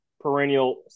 perennial